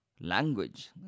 language